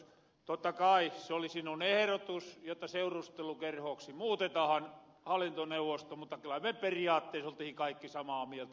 totta kai se oli sinun ehrotus jotta seurustelukerhoksi hallintoneuvosto muutetahan mutta kyllä me periaatteessa oltihin kaikki samaa mieltä